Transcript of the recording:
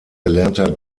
gelernter